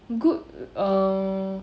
good err